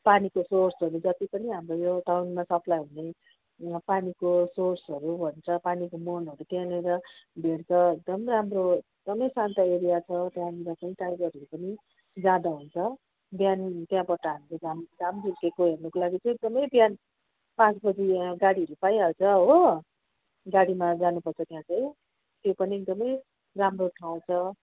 पानीको सोर्सहरू जति पनि हाम्रो यो टाउनमा सप्लाई हुने पानीको सोर्सहरू भन्छ पानीको मुहानहरू त्यहाँनिर भेट्छ एकदम राम्रो एकदमै शान्त एरिया छ त्याँनिर पनि टाइगर हिल पनि जाँदा हुन्छ बिहान त्यहाँबाट हामीले घाम घाम झुल्केको हेर्नुको लागि चाहिँ एकदमै बिहान पाँच बजी गाडीहरू पाइहाल्छ हो गाडीमा जानुपर्छ त्यहाँ चाहिँ त्यो पनि एकदमै राम्रो ठाउँ छ